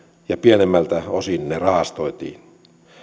ja pienemmältä osin ne rahastoitiin